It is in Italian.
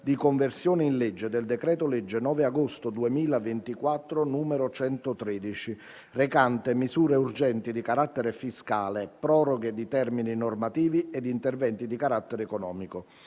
con modificazioni, del decreto-legge 9 agosto 2024, n. 113, recante misure urgenti di carattere fiscale, proroghe di termini normativi ed interventi di carattere economico***